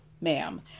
ma'am